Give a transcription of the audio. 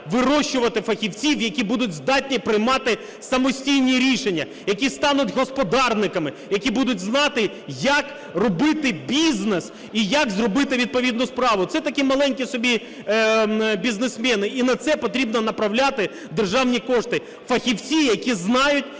вирощувати фахівців, які будуть здатні приймати самостійні рішення, які стануть господарниками, які будуть знати, як робити бізнес і як зробити відповідну справу. Це такі маленькі собі бізнесмени. І на це потрібно направляти державні кошти. Фахівці, які знають,